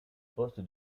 poste